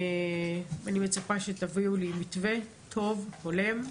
אני מצפה שתביאו לי מתווה טוב והולם,